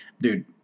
Dude